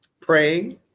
praying